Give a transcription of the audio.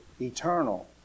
eternal